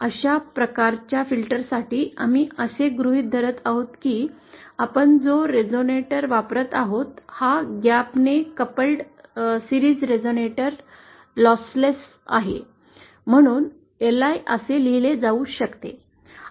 अशा प्रकारच्या फिल्टरसाठी आम्ही असे गृहीत धरत आहोत की आपण जो रेझोनेटर वापरत आहोत हा ग्याप ने जोडलेले मालिका रेझोनेटर लॉसलेस आहे म्हणूनच LI असे लिहिले जाऊ शकते